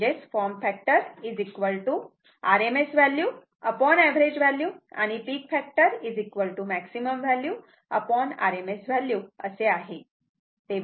म्हणजेच form factor RMS value average value आणि peak factor maximum value RMS value असे आहे